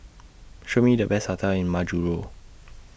Show Me The Best hotels in Majuro